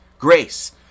grace